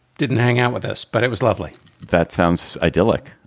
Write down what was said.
didn't hang out with us, but it was lovely that sounds idyllic.